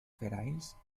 vereins